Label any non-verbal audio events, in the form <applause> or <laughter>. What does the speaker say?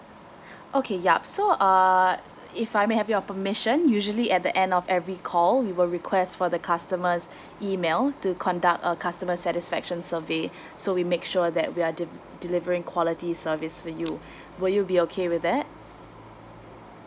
<breath> okay yup so uh if I may have your permission usually at the end of every call we will request for the customer's <breath> email to conduct a customer satisfaction survey <breath> so we make sure that we are de~ delivering quality service for you <breath> will you be okay with that